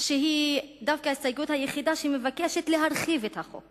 שהיא דווקא ההסתייגות היחידה שמבקשת להרחיב את החוק